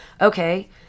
okay